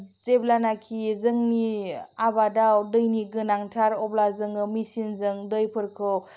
जेब्लानाखि जोंनि आबादाव दैनि गोनांथार अब्ला जोङो मिशिनजों दैफोरखौ